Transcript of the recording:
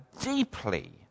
deeply